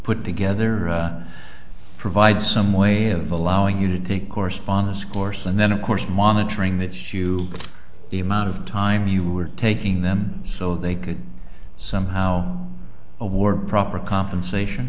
put together on provide some way of allowing you to take correspondence course and then of course monitoring this you the amount of time you were taking them so they could somehow award proper compensation